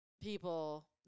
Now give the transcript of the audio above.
people